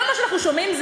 אמרת: אנחנו לא מצביעים.